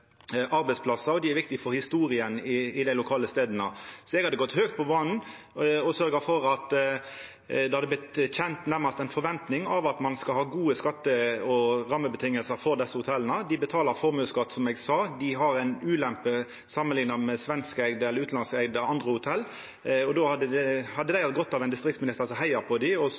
arbeidsplassar, og dei er viktige for historia på dei lokale stadene. Eg hadde gått høgt på banen og sørgt for at det hadde vorte kjent og nærmast ei forventning om at ein skal ha gode skatte- og rammevilkår for desse hotella. Dei betaler formuesskatt, som eg sa, dei har ei ulempe samanlikna med svenskeigde og andre utanlandskeigde hotell, og då hadde dei hatt godt av ein distriktsminister som heia på dei og